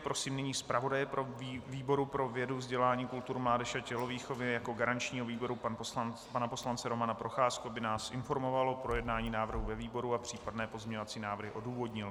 Prosím nyní zpravodaje výboru pro vědu, vzdělání, kulturu, mládež a tělovýchovu jako garančního výboru, pana poslance Romana Procházku, aby nás informoval o projednání návrhu ve výboru a případné pozměňovací návrhy odůvodnil.